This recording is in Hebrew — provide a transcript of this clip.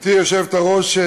גברתי היושבת-ראש,